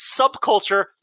subculture –